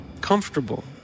comfortable